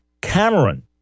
Cameron